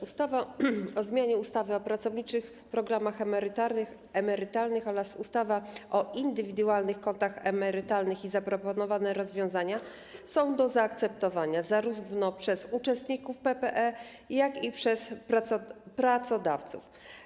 Ustawa o zmianie ustawy o pracowniczych programach emerytalnych oraz ustawy o indywidualnych kontach emerytalnych i zaproponowane rozwiązania są do zaakceptowania zarówno przez uczestników PPE, jak i przez pracodawców.